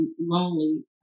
lonely